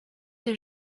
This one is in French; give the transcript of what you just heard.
des